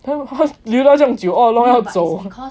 cause 留到这样久 all along 要走